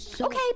Okay